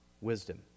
wisdom